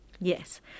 yes